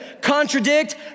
contradict